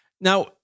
Now